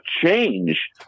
change